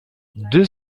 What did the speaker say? deux